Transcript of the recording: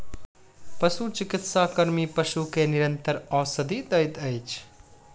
पशुचिकित्सा कर्मी पशु के निरंतर औषधि दैत अछि